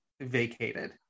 vacated